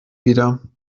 wieder